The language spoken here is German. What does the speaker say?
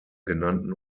genannten